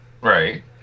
Right